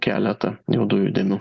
keletą juodųjų dėmių